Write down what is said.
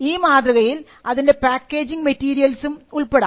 ഈ മാതൃകയിൽ ഇതിൻറെ പാക്കേജിങ് മെറ്റീരിയൽസും ഉൾപ്പെടാം